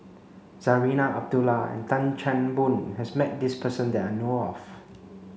Zarinah Abdullah and Tan Chan Boon has met this person that I know of